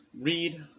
read